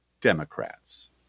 Democrats